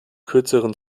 kürzeren